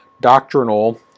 doctrinal